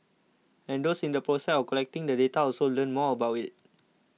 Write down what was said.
and those in the process of collecting the data also learn more about it